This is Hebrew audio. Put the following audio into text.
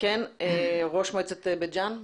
ראש מועצת בית-ג'ן,